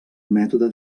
mètode